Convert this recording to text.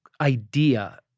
idea